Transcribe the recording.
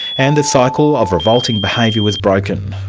and a cycle of revolting behaviour was broken.